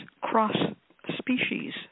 cross-species